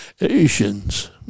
Asians